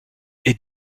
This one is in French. est